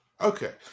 Okay